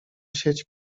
sieć